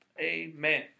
Amen